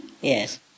Yes